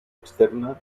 externa